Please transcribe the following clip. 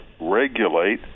regulate